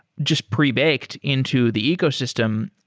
just pre-baked into the ecosystem.